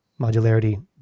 modularity